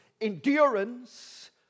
Endurance